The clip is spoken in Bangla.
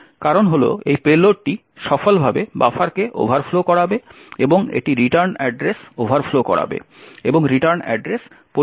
কারণ হল এই পেলোডটি সফলভাবে বাফারকে ওভারফ্লো করাবে এবং এটি রিটার্ন অ্যাড্রেস ওভারফ্লো করাবে এবং রিটার্ন অ্যাড্রেস পরিবর্তন করবে